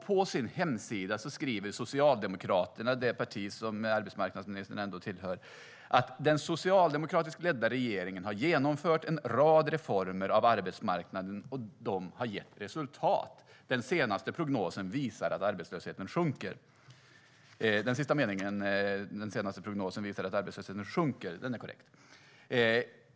På sin hemsida skriver Socialdemokraterna, det parti som arbetsmarknadsministern tillhör: "Den socialdemokratiskt ledda regeringen har genomfört en rad reformer av arbetsmarknaden - och det har gett resultat. Den senaste prognosen visar att arbetslösheten sjunker." Denna sista mening är korrekt.